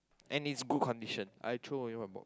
and it's good condition I throw away one ball